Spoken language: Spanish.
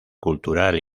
cultural